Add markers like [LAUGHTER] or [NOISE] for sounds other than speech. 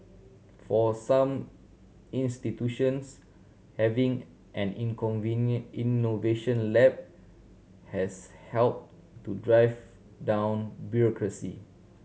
for some institutions having an in [UNINTELLIGIBLE] innovation lab has helped to drive down bureaucracy